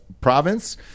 province